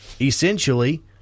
essentially